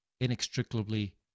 inextricably